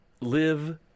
live